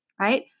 right